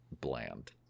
bland